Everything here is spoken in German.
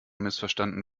missverstanden